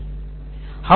professor हाँ